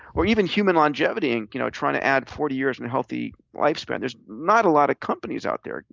or even human longevity. and you know trying to add forty years in healthy lifespan. there's not a lot of companies out there.